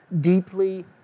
deeply